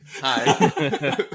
hi